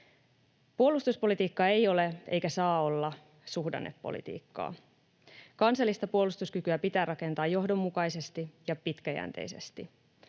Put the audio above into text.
Puolustuspolitiikka ei ole eikä saa olla suhdannepolitiikkaa. Kansallista puolustuskykyä pitää rakentaa johdonmukaisesti ja pitkäjänteisesti.